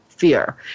fear